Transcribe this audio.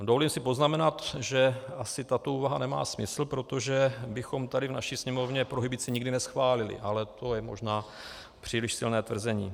Dovolím si poznamenat, že asi tato úvaha nemá smysl, protože bychom tady v naší Sněmovně prohibici nikdy neschválili, ale to je možná příliš silné tvrzení.